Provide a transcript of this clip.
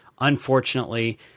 unfortunately